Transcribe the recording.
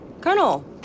Colonel